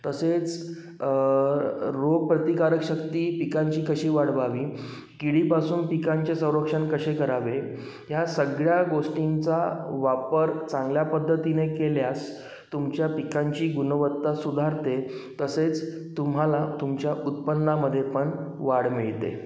तसेच रोगप्रतिकारकशक्ती पिकांची कशी वाढवावी किडीपासून पिकांचे संरक्षण कसे करावे ह्या सगळ्या गोष्टींचा वापर चांगल्या पद्धतीने केल्यास तुमच्या पिकांची गुणवत्ता सुधारते तसेच तुम्हाला तुमच्या उत्पन्नामध्ये पण वाढ मिळते